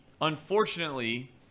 unfortunately